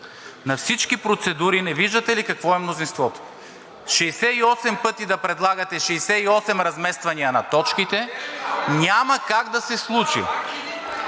На всички процедури не виждате ли какво е мнозинството? Шестдесет и осем пъти да предлагате 68 размествания на точките, няма как да се случи